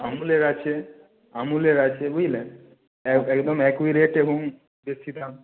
আমুলের আছে আমুলের আছে বুঝলেন একদম অ্যাকিউরেট এবং বেশি দাম